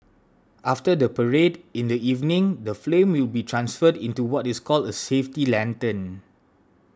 after the parade in the evening the flame will be transferred into what is called a safety lantern